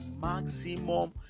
maximum